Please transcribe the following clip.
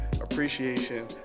appreciation